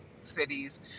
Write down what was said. cities